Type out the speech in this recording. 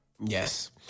Yes